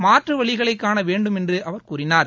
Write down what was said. மாற்று வழிகளை காண வேண்டும் என்று அவர் கூறினார்